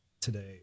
today